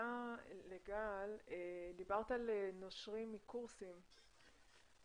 דיברת על נושרים מקורסים,